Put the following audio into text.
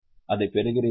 அதைப் பெறுகிறீர்களா